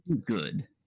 good